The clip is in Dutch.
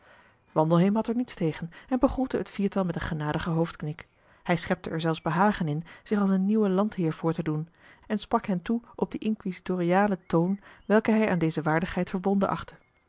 wandelheem had er niets tegen en begroette het viertal met een genadigen hoofdknik hij schepte er zelfs behagen in zich als een nieuwe landheer voortedoen en sprak hen toe op dien inquisitorialen toon welken hij aan deze waardigheid verbonden achtte